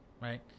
right